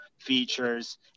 features